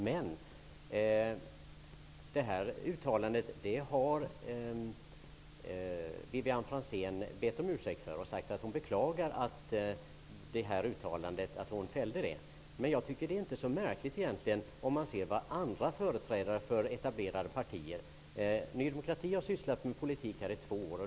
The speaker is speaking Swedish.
Vivianne Franzén har bett om ursäkt för yttrandet och sagt att hon beklagar att hon fällde det. Jag tycker inte att det är så märkligt egentligen, om man ser vad andra företrädare för etablerade partier yttrar. Vi i Ny demokrati har sysslat med politik i två år.